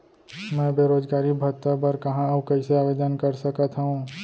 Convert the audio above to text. मैं बेरोजगारी भत्ता बर कहाँ अऊ कइसे आवेदन कर सकत हओं?